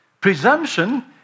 Presumption